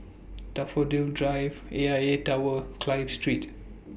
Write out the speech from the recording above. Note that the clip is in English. Daffodil Drive A I A Tower Clive Street